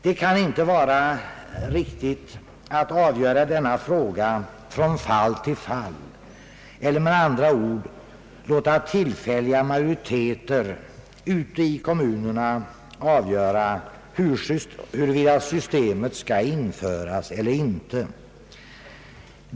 Det kan inte vara riktigt att avgöra denna fråga från fall till fall eller med andra ord låta tillfälliga majoriteter ute i kommunerna avgöra huruvida systemet skall införas eller ej.